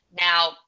Now